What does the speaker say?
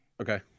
okay